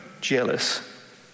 jealous